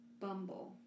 Bumble